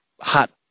hot